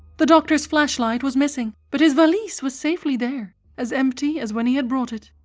the doctor's flashlight was missing, but his valise was safely there, as empty as when he had brought it.